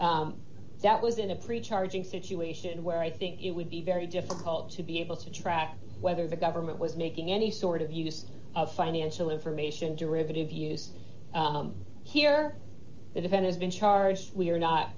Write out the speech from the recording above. immunity that was in a pre charge and situation where i think it would be very difficult to be able to track whether the government was making any sort of use of financial information derivative use here that event has been charged we are not